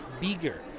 bigger